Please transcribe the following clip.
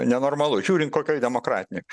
nenormalu žiūrint kokioj demokratinėj